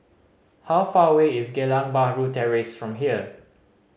how far away is Geylang Bahru Terrace from here